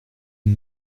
une